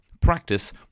practice